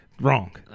wrong